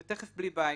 ותיכף בלי בית.